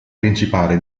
principale